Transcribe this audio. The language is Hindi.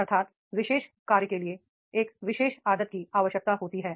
अर्थात् विशेष कार्य के लिए एक विशेष आदत की आवश्यकता होती है